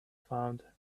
found